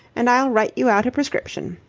and i'll write you out a prescription.